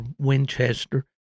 Winchester